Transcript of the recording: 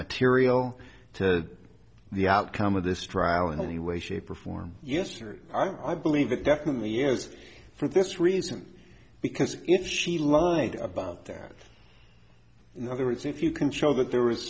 material to the outcome of this trial in any way shape or form yesterday i believe that definitely is for this reason because if she learned about that in other words if you can show that there is